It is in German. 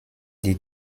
die